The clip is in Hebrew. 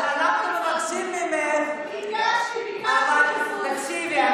אז אנחנו מבקשים ממך, הגשתי, ביקשתי רשות.